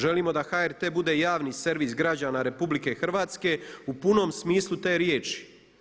Želimo da HRT bude javni servis građana RH u punom smislu te riječi.